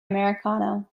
americano